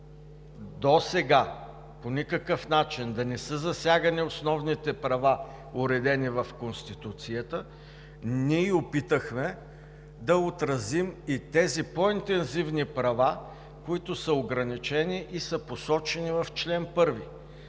досега по никакъв начин да не са засягани основните права, уредени в Конституцията, ние опитахме да отразим и тези по-интензивни права, които са ограничени и са посочени в чл. 2.